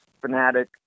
fanatic